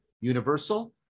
universal